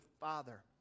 Father